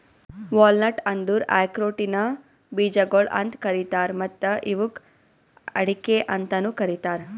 walnut ಅಂದುರ್ ಆಕ್ರೋಟಿನ ಬೀಜಗೊಳ್ ಅಂತ್ ಕರೀತಾರ್ ಮತ್ತ ಇವುಕ್ ಅಡಿಕೆ ಅಂತನು ಕರಿತಾರ್